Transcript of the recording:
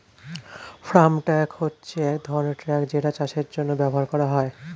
farm truck হচ্ছে এক ধরনের ট্রাক যেটা চাষের জন্য ব্যবহার করা হয়